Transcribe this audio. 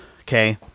okay